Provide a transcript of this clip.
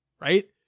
right